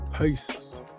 Peace